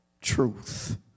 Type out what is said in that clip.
truth